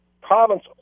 province